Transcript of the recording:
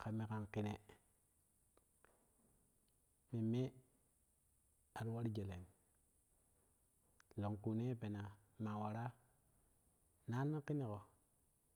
ka me kan kene memme ari war jelem longlu nee peena maa waraa naanno kenego.